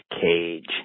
Cage